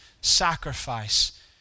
sacrifice